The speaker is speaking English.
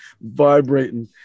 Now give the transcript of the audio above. vibrating